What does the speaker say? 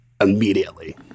immediately